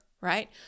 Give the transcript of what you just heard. right